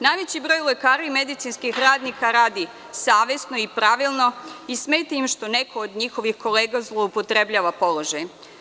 Najveći broj lekara i medicinskih radnika radi savesno i pravilno i smeta im što neko od njihovih kolega zloupotrebljava položaj.